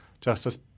justice